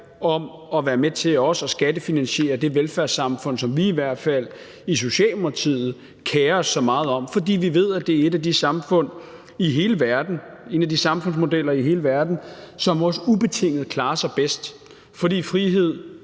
til at være med til at skattefinansiere det velfærdssamfund, som vi i hvert fald i Socialdemokratiet kerer os så meget om, fordi vi ved, at det er en af de samfundsmodeller i hele verden, som ubetinget klarer sig bedst, fordi frihed,